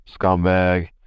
scumbag